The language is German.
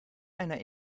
einer